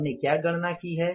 हमने क्या गणना की है